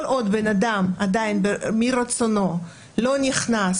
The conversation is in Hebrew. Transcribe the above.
כל עוד בן אדם עדיין מרצונו לא נכנס